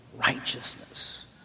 righteousness